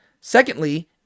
Secondly